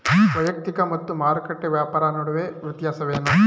ವೈಯಕ್ತಿಕ ಮತ್ತು ಮಾರುಕಟ್ಟೆ ವ್ಯಾಪಾರ ನಡುವಿನ ವ್ಯತ್ಯಾಸವೇನು?